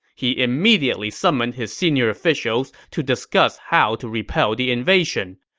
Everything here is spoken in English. he immediately summoned his senior officials to discuss how to repel the invasion.